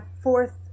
fourth